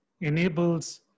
enables